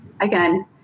Again